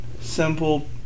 simple